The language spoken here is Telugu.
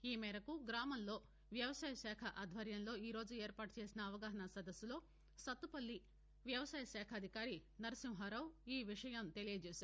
ఈ మేరకు గ్రామంలో వ్యవసాయ శాఖ ఆధ్వర్యంలో ఈ రోజు ఏర్పాటు చేసిన అవగాహన సదస్సులో సత్తుపల్లి వ్యవసాయ శాఖ అధికారి నరసింహరావు ఈ విషయాన్ని తెలియజేశారు